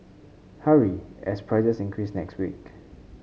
hurry as prices increase next week